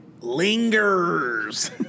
Lingers